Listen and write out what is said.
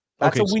Okay